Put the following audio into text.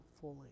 fully